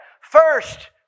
First